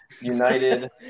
United